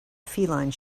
feline